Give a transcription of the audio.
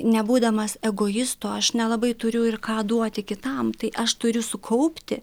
nebūdamas egoisto aš nelabai turiu ir ką duoti kitam tai aš turiu sukaupti